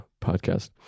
podcast